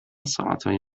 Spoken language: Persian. ساعتای